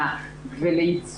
האמת שמעולם לא עשינו את זה.